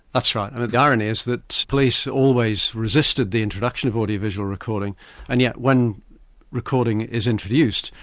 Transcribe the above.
that's right. and the irony is that police always resisted the introduction of audio-visual recording and yet when recording is introduced,